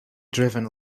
driven